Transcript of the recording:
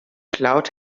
cloud